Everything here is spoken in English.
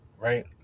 right